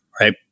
right